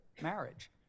marriage